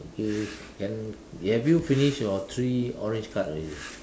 okay can have you finish all three orange cards already